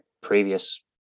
previous